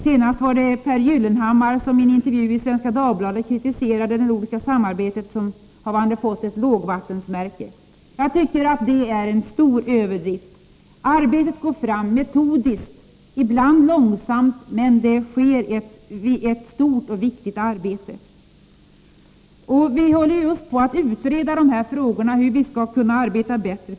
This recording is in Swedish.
Senast hävdade Pehr Gyllenhammar vid en intervju i Svenska Dagbladet att det nordiska samarbetet nått ett lågvattenmärke. Jag tycker att detta är en stor överdrift. Arbetet fortskrider metodiskt, ibland långsamt, men det sker ändå ett stort och viktigt arbete. Vi håller just på med att utreda hur vi i framtiden skall kunna arbeta bättre.